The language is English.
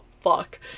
fuck